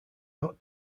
not